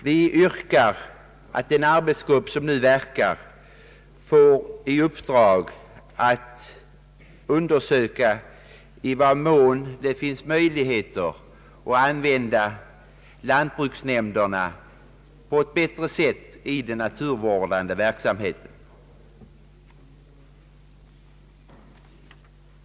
Vi yrkar att den arbetsgrupp som nu verkar får i uppdrag att undersöka i vad mån det finns möjligheter att använda lantbruksnämnderna på ett bättre sätt i den naturvårdande verksamheten.